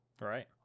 Right